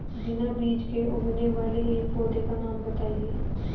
बिना बीज के उगने वाले एक पौधे का नाम बताइए